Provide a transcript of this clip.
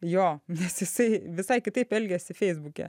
jo nes jisai visai kitaip elgiasi feisbuke